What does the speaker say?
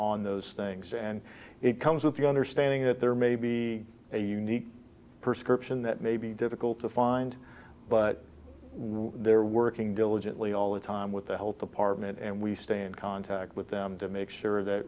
on those things and it comes with the understanding that there may be a unique person corruption that may be difficult to find but they're working diligently all the time with the health department and we stand contact with them to make sure that